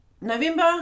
November